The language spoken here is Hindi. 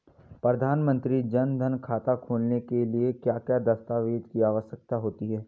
प्रधानमंत्री जन धन खाता खोलने के लिए क्या क्या दस्तावेज़ की आवश्यकता होती है?